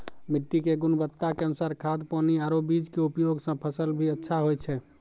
मिट्टी के गुणवत्ता के अनुसार खाद, पानी आरो बीज के उपयोग सॅ फसल भी अच्छा होय छै